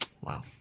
wow